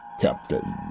Captain